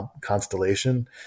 constellation